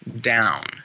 down